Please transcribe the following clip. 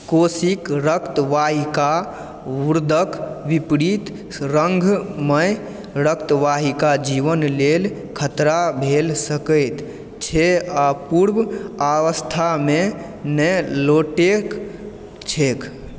कोशिक रक्तवाहिकावुर्दक विपरीत रन्ध्रमय रक्तवाहिका जीवन लेल खतरा भऽ सकै छै आओर पूर्व अवस्थामे नहि लौटैत छै